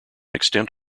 extent